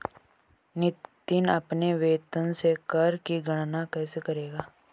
नितिन अपने वेतन से कर की गणना कैसे करेगा?